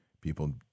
people